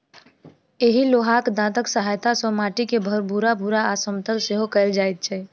एहि लोहाक दाँतक सहायता सॅ माटि के भूरभूरा आ समतल सेहो कयल जाइत छै